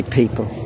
people